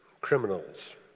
criminals